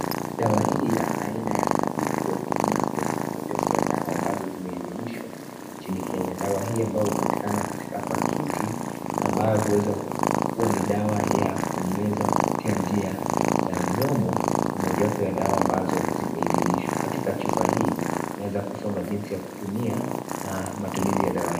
Dawa hii ya aina ya azytrhomycin, moja wapo ya dawa ambazo zimehidhinishwa mchini Kenya. Dawa hii ambayo hupatikana katika pakiti ambazo huweza kuwa ni dawa ya kumeza kupitia njia ya mdomo ni mojawapo ya dawa ambazo zimeidhinishwa. Katika chupa hii unaezakusoma jinsi ya kutumia na matumizi ya dawa hii.